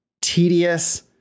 tedious